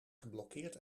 geblokkeerd